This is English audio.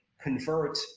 convert